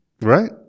Right